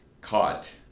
caught